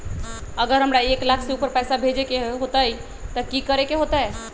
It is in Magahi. अगर हमरा एक लाख से ऊपर पैसा भेजे के होतई त की करेके होतय?